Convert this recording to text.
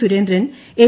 Surendran N